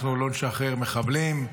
אנחנו לא נשחרר מחבלים,